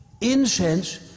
incense